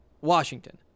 Washington